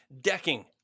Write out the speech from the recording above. decking